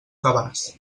cabàs